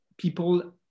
people